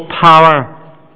power